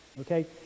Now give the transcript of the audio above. Okay